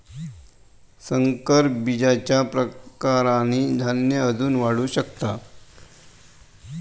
संकर बीजच्या प्रकारांनी धान्य अजून वाढू शकता